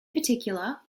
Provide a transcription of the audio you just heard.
particular